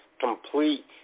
complete